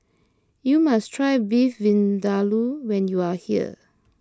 you must try Beef Vindaloo when you are here